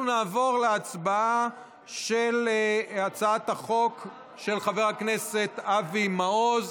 אנחנו נעבור להצבעה על הצעת החוק של חבר הכנסת אבי מעוז.